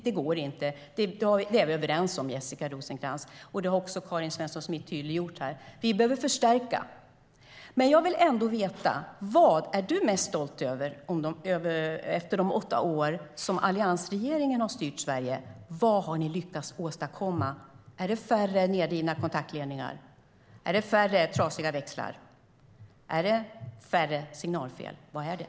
Att det inte går är vi överens om, Jessica Rosencrantz, och det har också Karin Svensson Smith tydliggjort här. Vi behöver förstärka. Jag vill ändå veta: Vad är du mest stolt över efter de åtta år som alliansregeringen har styrt Sverige? Vad har ni lyckats åstadkomma? Är det färre nedrivna kontaktledningar? Är det färre trasiga växlar? Är det färre signalfel? Vad är det?